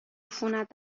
عفونت